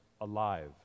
alive